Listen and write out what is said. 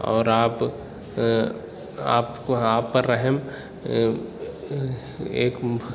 اور آپ آپ کو آپ پر رحم ایک